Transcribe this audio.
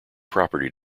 property